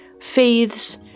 faiths